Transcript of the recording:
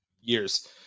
years